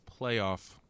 playoff